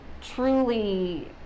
truly